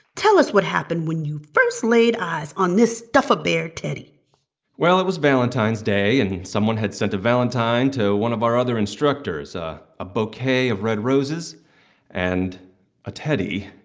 tell us what happened when you first laid eyes on this stuff-a-bear teddy well, it was valentine's day. and someone had sent a valentine to one of our other instructors ah a bouquet of red roses and a teddy,